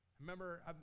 Remember